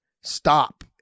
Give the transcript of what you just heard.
Stop